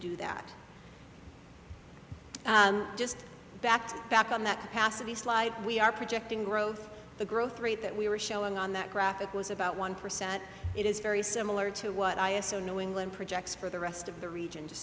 do that just back to back on that capacity slide we are projecting growth the growth rate that we were showing on that graphic was about one percent it is very similar to what i also know england projects for the rest of the region to